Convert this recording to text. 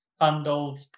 handled